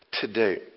today